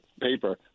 paper